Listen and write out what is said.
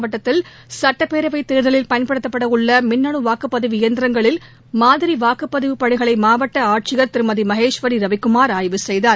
மாவட்டத்தில் சட்டப்பேரவைதேர்தலில் பயன்படுத்தப்படஉள்ளமின்னனுவாக்குப்பதிவு காஞ்சிபுரம் இயந்திரங்களில் மாதிரிவாக்குப்பதிவு பணிகளைமாவட்டஆட்சியர் திருமதிமகேஸ்வரிரவிக்குமார் ஆய்வு செய்தார்